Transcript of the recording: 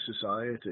society